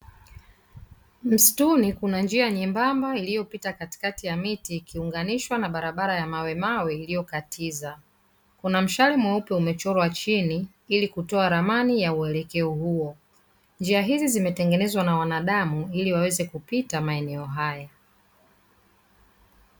Msituni kuna njia nyembemba ilyopita katikati ya miti ikiunganishwa na barabara ya mawemawe iliyokatiza, kuna mshale mweupe umechorwa chini ili kutoa ramani ya uelekeo huo. Njia hizi zimetengenezwa na wanadamu ili waweze kupita maeneo haya.